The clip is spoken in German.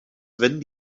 wenn